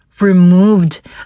removed